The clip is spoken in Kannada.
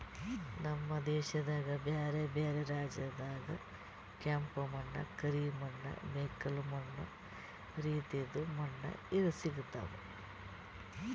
ನಮ್ ದೇಶದಾಗ್ ಬ್ಯಾರೆ ಬ್ಯಾರೆ ರಾಜ್ಯದಾಗ್ ಕೆಂಪ ಮಣ್ಣ, ಕರಿ ಮಣ್ಣ, ಮೆಕ್ಕಲು ಮಣ್ಣ ರೀತಿದು ಮಣ್ಣ ಸಿಗತಾವ್